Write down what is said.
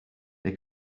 they